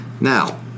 Now